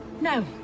No